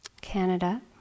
Canada